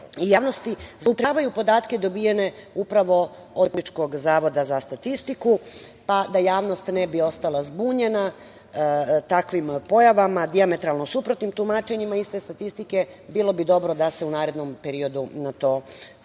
i javnosti, zloupotrebljavaju podatke dobijene upravo od Republičkog zavoda za statistiku, pa da javnost ne bi ostala zbunjena takvim pojavama, dijametralno suprotnim tumačenjima iste statistike, bilo bi dobro da se u narednom periodu na to svakako